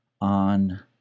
on